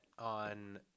on